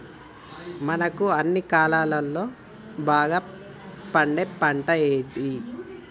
మనకు అన్ని కాలాల్లో బాగా పండే పంట ఏది?